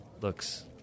looks